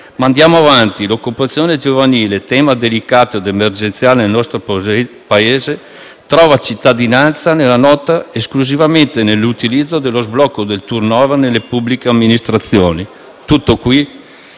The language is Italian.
Ma andiamo avanti. L'occupazione giovanile - tema delicato ed emergenziale nel nostro Paese - trova cittadinanza nella Nota esclusivamente nell'utilizzo dello sblocco del *turnover* nelle pubbliche amministrazioni. Tutto qui?